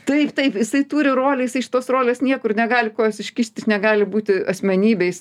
taip taip jisai turi rolę jisai iš tos rolės niekur negali kojos iškišt jis negali būti asmenybė jis